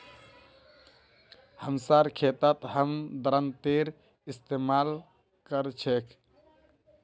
हमसार खेतत हम दरांतीर इस्तेमाल कर छेक